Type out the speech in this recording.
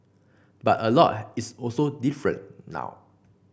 but a lot is also different now